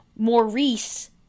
Maurice